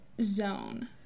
zone